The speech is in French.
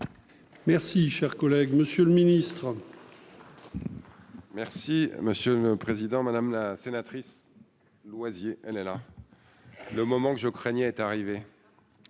Merci, cher collègue, Monsieur le Ministre. Merci monsieur le président, madame la sénatrice Loisier elle est là, le moment que je craignais est arrivé,